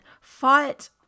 fought